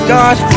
God